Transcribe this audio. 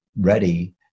ready